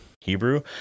hebrew